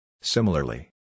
Similarly